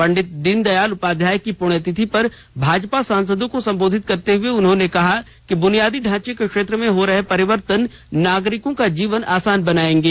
पंडित दीनदयाल उपाध्याय की पुण्यतिथि पर भाजपा सांसदों को संबोधित करते हुए उन्होंने कहा कि बुनियादी ढांचे के क्षेत्र में हो रहे परिवर्तन नागरिकों का जीवन आसान बनायेंगे